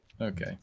Okay